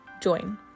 join